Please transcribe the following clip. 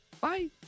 Bye